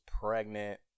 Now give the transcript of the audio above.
pregnant